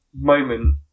moment